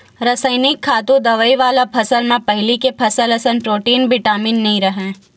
रसइनिक खातू, दवई वाला फसल म पहिली के फसल असन प्रोटीन, बिटामिन नइ राहय